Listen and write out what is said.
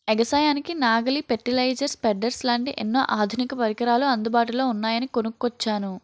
ఎగసాయానికి నాగలి, fertiliser, spreaders లాంటి ఎన్నో ఆధునిక పరికరాలు అందుబాటులో ఉన్నాయని కొనుక్కొచ్చాను